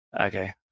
Okay